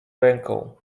ręką